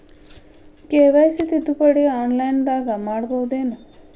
KYC ತಿದ್ದುಪಡಿ ಆನ್ಲೈನದಾಗ್ ಮಾಡ್ಬಹುದೇನು?